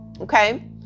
Okay